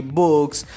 books